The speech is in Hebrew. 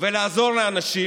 ולעזור לאנשים.